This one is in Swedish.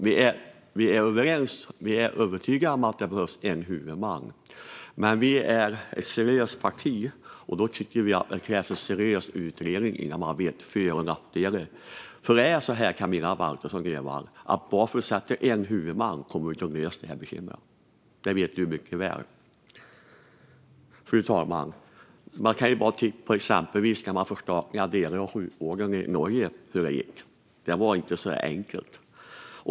Vi är övertygade om att det behövs en huvudman, men vi är ett seriöst parti och tycker därför att det krävs en seriös utredning för att få reda på för och nackdelar. Det är så här, Camilla Waltersson Grönvall: Man löser inte detta bekymmer bara genom att tillsätta en huvudman; det vet du mycket väl. Vi kan exempelvis titta på hur det gick när man förstatligade delar av sjukvården i Norge, fru talman. Det var inte så enkelt.